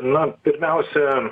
na pirmiausia